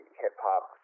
hip-hop